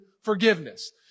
forgiveness